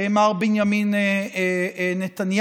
ממר בנימין נתניהו.